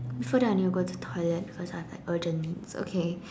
before that I need go to the toilet because I have like urgent needs okay